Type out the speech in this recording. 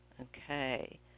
Okay